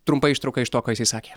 trumpa ištrauka iš to ką jisai sakė